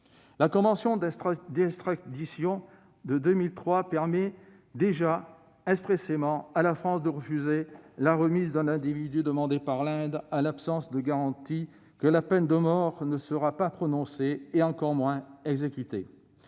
La convention d'extradition de 2003 permet déjà expressément à la France de refuser la remise d'un individu demandée par l'Inde en l'absence de garantie que la peine de mort ne sera pas prononcée, exécutée.